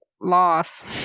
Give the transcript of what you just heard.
loss